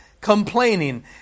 Complaining